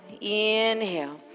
Inhale